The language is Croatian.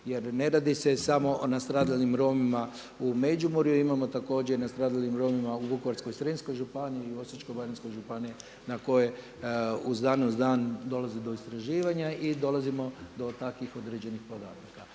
Jer ne radi se samo o nastradalim Romima u Međimurju. Imamo također nastradalim Romima u Vukovarsko-srijemskoj županiji i u Osječko-baranjskoj županiji na kojoj iz dana u dan dolazi do istraživanja i dolazimo do takvih određenih podataka.